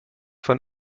von